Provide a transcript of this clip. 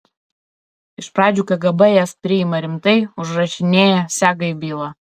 iš pradžių kgb jas priima rimtai užrašinėja sega į bylą